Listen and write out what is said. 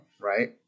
right